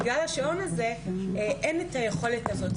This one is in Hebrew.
בגלל השעון הזה אין יכולת כזאת.